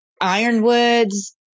ironwoods